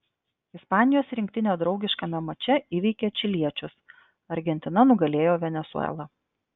ispanijos rinktinė draugiškame mače įveikė čiliečius argentina nugalėjo venesuelą